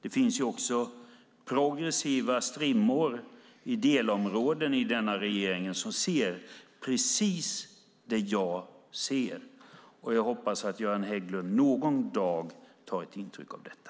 Det finns också progressiva strimmor i delområden i denna regering som ser precis det som jag ser, och jag hoppas att Göran Hägglund någon dag tar intryck av detta.